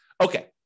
Okay